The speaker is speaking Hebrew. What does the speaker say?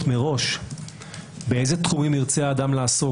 מראש באיזה תחומים ירצה אדם לעסוק,